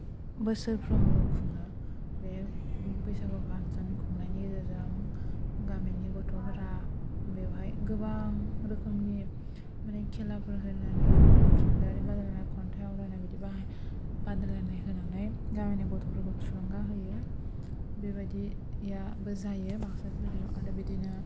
बोसोरफ्रोमबो खुङो बे बैसागो फांसन खुंनायनि गेजेरजों गामिनि गथ' फोरा बेवहाय गोबां रोखोमनि माने खेलाफोर होरिनानै थुनलाइयारि बादायलायनाय खन्थाइ आवरायनाय बिदि बादायलायनाय होनानै गामिनि गथ'फोरखौ थुलुंगा होयो बेबादियाबो जायो बाक्सा जिल्लायाव आरो बिदिनो